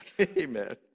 Amen